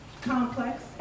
complex